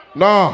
no